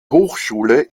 hochschule